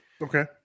Okay